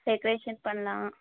decoration பண்ணலாம்